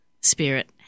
spirit